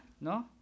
No